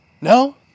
no